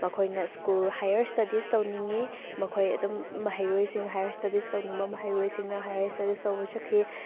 ꯃꯈꯣꯏꯅ school higher studies ꯇꯧꯅꯤꯡꯉꯤ ꯃꯈꯣꯏ ꯑꯗꯨꯝ ꯃꯍꯩꯔꯣꯏꯁꯤꯡ ꯍꯥꯏꯌꯥꯔ ꯏꯁꯇꯗꯤꯁ ꯇꯧꯅꯤꯡꯕ ꯃꯍꯩꯔꯣꯏꯁꯤꯡꯅ ꯍꯥꯏꯌꯥꯔ ꯏꯁꯇꯗꯤꯁ ꯇꯧꯕ ꯆꯠꯈꯤ